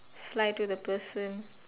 fly to the person